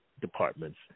departments